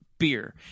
Beer